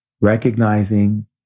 Recognizing